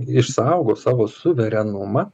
išsaugo savo suverenumą